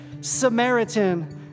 Samaritan